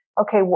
okay